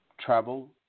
travel